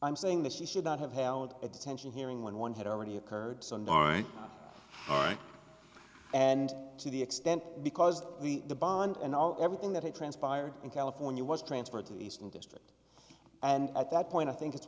i'm saying that she should not have held a detention hearing when one had already occurred and to the extent because the the bond and all everything that had transpired in california was transferred to the eastern district and at that point i think it's